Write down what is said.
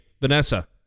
Vanessa